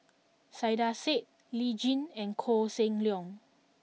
Saiedah Said Lee Tjin and Koh Seng Leong